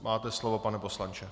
Máte slovo, pane poslanče.